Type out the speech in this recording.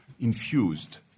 infused